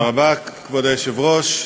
כבוד היושב-ראש,